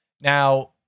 Now